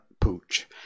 pooch